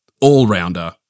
all-rounder